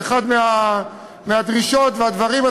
כאחת מהדרישות והדברים.